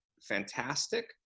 fantastic